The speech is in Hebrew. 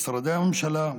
משרדי ממשלה,